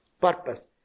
purpose